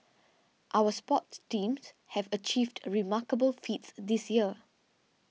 our sports teams have achieved remarkable feats this year